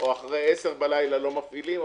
או אחרי עשר בלילה לא מפעילים,